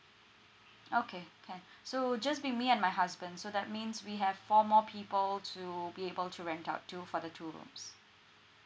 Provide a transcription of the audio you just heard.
okay can so it'll just be me and my husband so that means we have four more people to be able to rent out to for the two rooms